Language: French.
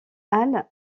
halle